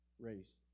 race